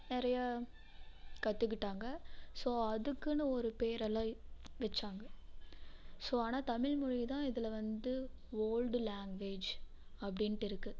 நிறைய கற்றுக்கிட்டாங்க ஸோ அதுக்குன்னு ஒரு பேரெல்லாம் வச்சாங்க ஸோ ஆனால் தமிழ்மொழி தான் இதில் வந்து ஓல்டு லாங்குவேஜ் அப்படின்ட்டு இருக்குது